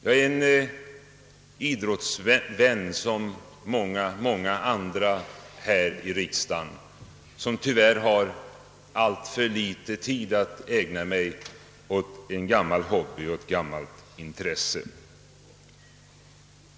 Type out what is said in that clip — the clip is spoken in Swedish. Som många andra här i riksdagen är jag en idrottsvän som tyvärr har alltför liten tid att ägna mig åt ett gammalt intresse.